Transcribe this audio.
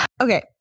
okay